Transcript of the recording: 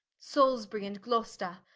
salisbury and gloucester,